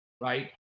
right